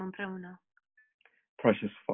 Precious